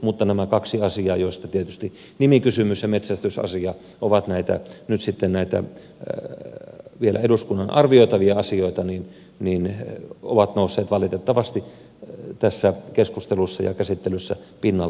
mutta nämä kaksi asiaa nimikysymys ja metsästysasia jotka ovat nyt sitten näitä eduskunnan vielä arvioitavia asioita ovat nousseet valitettavasti tässä keskustelussa ja käsittelyssä pinnalle